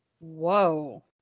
Whoa